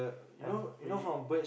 I'm pretty